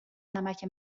نمک